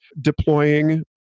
deploying